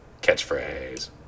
catchphrase